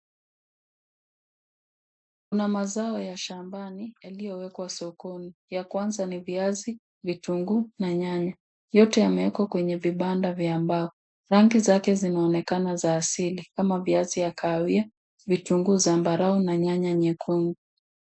Kuna mazao ya shambani yaliyowekwa sokoni. Ya kwanza ni viazi, vitunguu, na nyanya. Yote yameekwa kwenye vibanda vya mbao. Rangi zake zinaonekana za asili kama viazi ya kahawia, vitunguu zambarau na nyanya nyekundu.